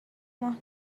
ماه